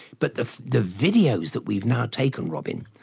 but the the videos that we've now taken robyn,